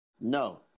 No